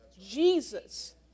Jesus